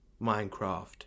Minecraft